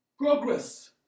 Progress